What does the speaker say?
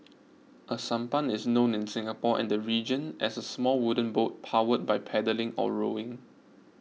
a sampan is known in Singapore and the region as a small wooden boat powered by paddling or rowing